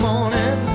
Morning